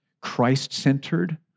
Christ-centered